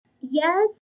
Yes